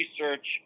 research